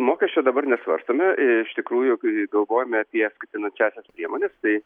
mokesčio dabar nesvarstome iš tikrųjų galvojame apie skatinančiąsias priemones tai